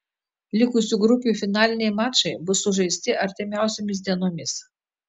likusių grupių finaliniai mačai bus sužaisti artimiausiomis dienomis